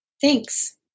Thanks